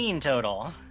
total